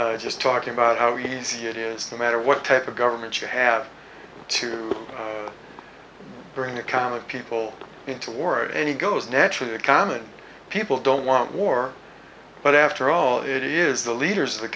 is just talking about how easy it is no matter what type of government you have to bring that kind of people into war and he goes naturally the common people don't want war but after all it is the leaders of the